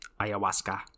Ayahuasca